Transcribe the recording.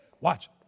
Watch